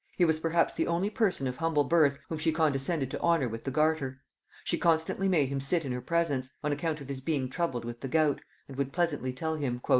he was perhaps the only person of humble birth whom she condescended to honor with the garter she constantly made him sit in her presence, on account of his being troubled with the gout, and would pleasantly tell him,